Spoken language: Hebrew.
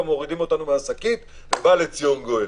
מורידים אותנו מהשקית ובא לציון גואל.